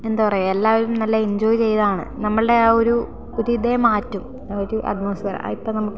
എന്താ പറയുക എല്ലാവരും നല്ല എഞ്ചോയ് ചെയ്താണ് നമ്മളുടെ ആ ഒരു ഒരിതെ മാറ്റും ആ ഒരു അറ്റ്മോസ്ഫിയർ അതിപ്പോൾ നമുക്ക്